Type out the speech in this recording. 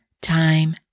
time